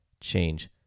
change